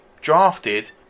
drafted